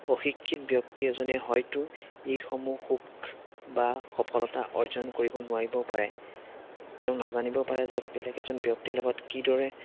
অশিক্ষিত ব্যক্তি এজনে হয়তো এইসমূহ সুখ বা সফলতা অৰ্জন কৰিব নোৱাৰিবও পাৰে তেওঁ নাজানিব পাৰে যে বেলেগ এজন ব্যক্তিৰ লগত কিদৰে